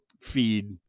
feed